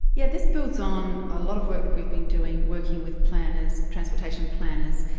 yeah this builds on a lot of work that we've been doing working with planners, transportation planners,